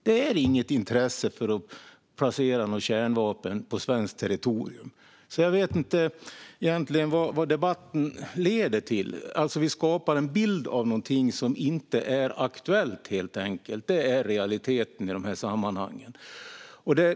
Det finns inget intresse av att placera något kärnvapen på svenskt territorium. Jag vet egentligen inte vad den debatten leder till. Vi skapar helt enkelt en bild av något som inte är aktuellt. Det är realiteten i dessa sammanhang.